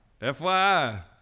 fyi